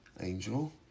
Angel